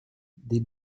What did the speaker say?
des